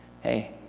Hey